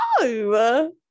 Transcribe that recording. No